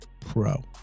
Pro